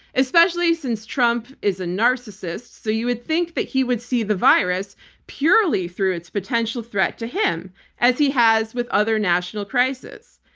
especially since trump is a narcissist. so you would think that he would see the virus purely through its potential threat to him as he has with other national crises.